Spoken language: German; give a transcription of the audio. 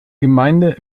gemeinde